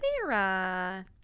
Sarah